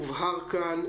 הובהר כאן,